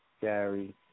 Gary